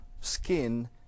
skin